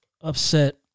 upset